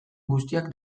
guztiak